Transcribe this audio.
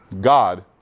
God